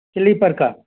sleeper का